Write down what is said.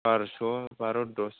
बार'स' बार' दस